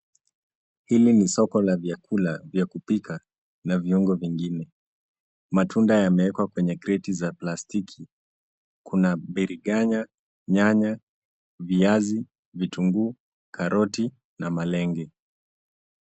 Hili ni soko la vyakula vya kupika na viungo vingine. Matunda yamewekwa kwenye kreti za plastiki. Kuna biriganya, nyanya, viazi, vitunguu, karoti, na malenge.